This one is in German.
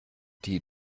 die